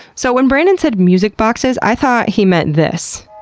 so when brandon said music boxes, i thought he meant this,